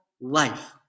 life